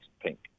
pink